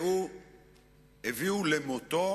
הביאו למותו,